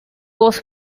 was